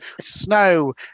snow